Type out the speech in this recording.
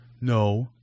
No